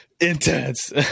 Intense